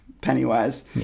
Pennywise